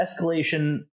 escalation